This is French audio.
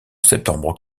septembre